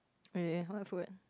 really what's word